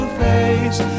face